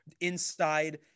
inside